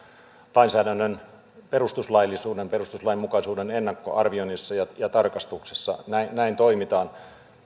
lainsäädännön perustuslaillisuuden perustuslainmukaisuuden ennakkoarvioinnissa ja tarkastuksessa näin näin toimitaan